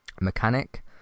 mechanic